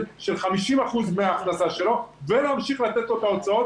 של 50% מהכנסה שלו ולהמשיך לתת לו את ההוצאות,